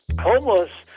homeless